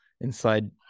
inside